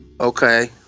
Okay